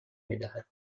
میدهد